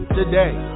today